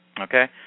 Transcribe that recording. Okay